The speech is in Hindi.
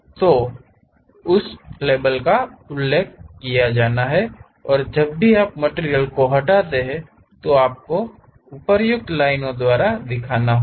तो उस लेबल का उल्लेख किया जाना है और जब भी आप मटिरियल को हटाते हैं तो आपको उपयुक्त लाइनों द्वारा दिखाना होगा